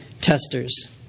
testers